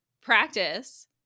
practice